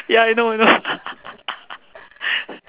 ya I know I know